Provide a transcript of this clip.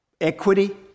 equity